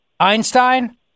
Einstein